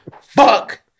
Fuck